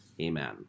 Amen